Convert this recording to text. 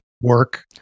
work